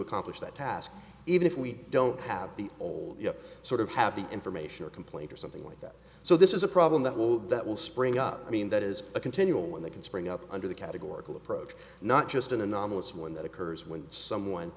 accomplish that task even if we don't have the old you know sort of happy information or complaint or something like that so this is a problem that will that will spring up i mean that is a continual when they can spring up under the categorical approach not just an anomalous one that occurs when someone